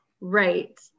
Right